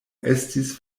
estis